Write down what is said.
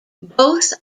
both